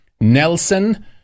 Nelson